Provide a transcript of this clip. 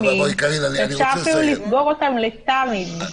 שאפשר אפילו לסגור אותם לתמיד.